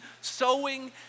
sowing